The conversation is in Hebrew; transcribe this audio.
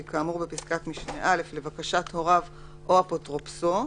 כאמור בפסקת משנה (א) לבקשת הוריו או אפוטרופסו,